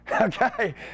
okay